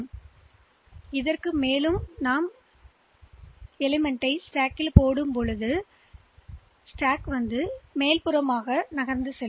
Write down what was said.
நீங்கள் இப்போது 2000 ஹெக்ஸ் ஆக இருக்கலாம் ஏனெனில் நீங்கள் இன்னும் கூடுதலான உறுப்பை அடுக்கில் வைக்கிறீர்கள்